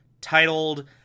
titled